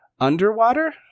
underwater